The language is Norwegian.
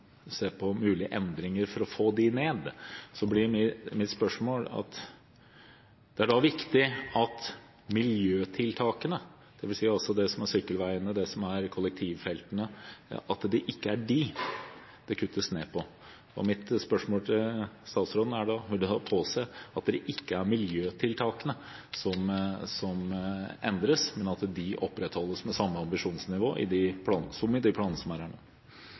se på kostnadene og på mulige endringer for å få dem ned. Det er viktig at miljøtiltakene, dvs. det som handler om sykkelveier, kollektivfelt, ikke er det det kuttes ned på. Mitt spørsmål til statsråden er da: Vil statsråden påse at det ikke er miljøtiltakene som endres, men at de opprettholdes med samme ambisjonsnivå som i de planene som foreligger nå? Gjennom media er